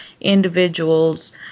individuals